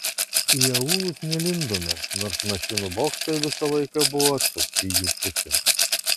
į aūlus nelindome nors mašinų bokštai visą laiką buvo atsukti jų pusėn